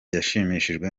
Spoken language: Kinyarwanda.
yashimishijwe